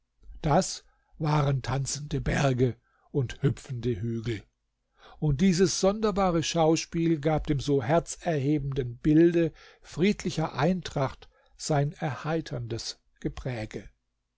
das waren tanzende berge und hüpfende hügel und dieses sonderbare schauspiel gab dem so herzerhebenden bilde friedlicher eintracht sein erheiterndes gepräge